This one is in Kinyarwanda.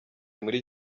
muri